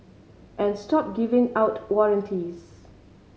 and stop giving out warranties